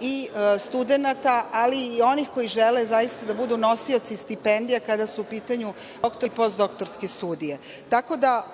i studenata, ali i onih koji žele da budu nosioci stipendija kada su u pitanju doktorske i postdoktorske studije.